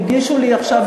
הגישו לי עכשיו,